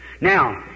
Now